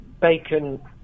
bacon